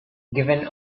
given